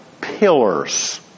pillars